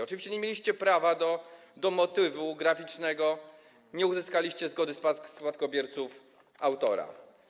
Oczywiście nie mieliście prawa do motywu graficznego, nie uzyskaliście zgody spadkobierców autora.